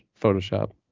Photoshop